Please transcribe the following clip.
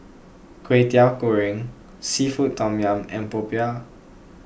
Kwetiau Goreng Seafood Tom Yum and Popiah